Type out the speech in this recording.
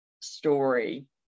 story